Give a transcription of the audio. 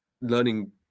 learning